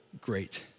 great